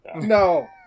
No